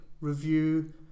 review